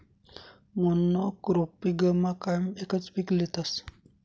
मोनॉक्रोपिगमा कायम एकच पीक लेतस